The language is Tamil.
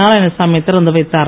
நாராயணசாமி திறந்து வைத்தார்